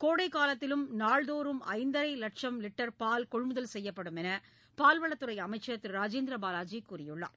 கோடைக் காலத்திலும் நாள்தோறும் ஐந்தரை லட்சும் லிட்டர் பால் கொள்முதல் செய்யப்படும் என்று பால்வளத்துறை அமைச்சர் திரு ராஜேந்திர பாவாஜி கூறியுள்ளார்